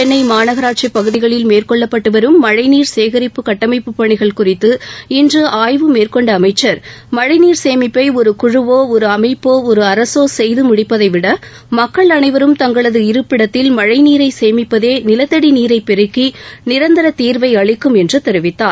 சென்னை மாநகராட்சி பகுதிகளில் மேற்கொள்ளப்பட்டு வரும் மழைநீர் சேகரிப்பு கட்டமைப்புப் பணிகள் குறித்து ஆய்வு மேற்கொண்ட அமைச்சர் மழழநீர் சேமிப்பை ஒரு குழுவோ ஒரு அமைப்போ ஒரு அரசோ செய்து முடிப்பதை விட மக்கள் அனைவரும் தங்களது இருப்பிடத்தில் மனழநீரை சேமிப்பதே நிலத்தடி நீரை பெருக்கி நிரந்தர தீர்வை அளிக்கும் என்று தெரிவித்தார்